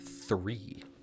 three